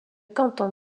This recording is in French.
canton